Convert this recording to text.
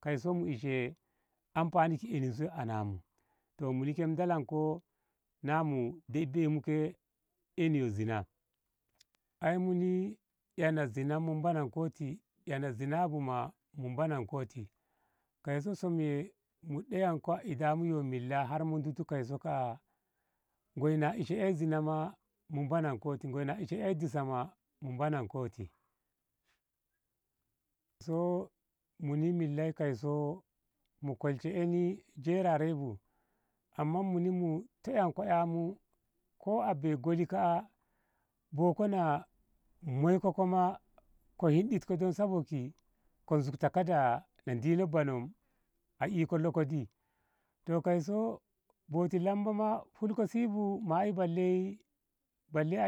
Kaiso mu ishe amfani ki eninsu anamu toh muni ke mu dolanko namu dei beimu ke eni yo zinah ai muni na ei zinah mu mano ti ei na zinah bu ma mu mankoti kaiso som ye mu deyan ko yo idamu yo milla har mu ditu kaiso ka. a ngoi na ishe ei zinah ma mu manankoti ei disa ma mu manonkoti toh muni milla kaiso mu kolshe eni jerare bu amma muni mu toƙanko ƙamu ko a bei goli ka. a boko na moiko koi ko hinɗikko don sabok ko zukta kada na dino banoh a iko logdi toh kaiso boti lamba hupla si bu ma balle